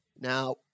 Now